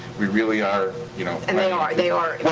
we really are. you know and they are. they are. well,